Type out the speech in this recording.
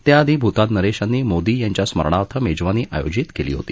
त्याआधी भूतान नरेशांनी मोदी यांच्या स्मरणार्थ मेजवानी आयोजित केली होती